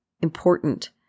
important